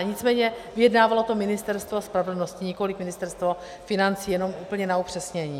Nicméně vyjednávalo to Ministerstvo spravedlnosti, nikoliv Ministerstvo financí, jenom na upřesnění.